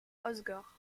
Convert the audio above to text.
hossegor